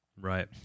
right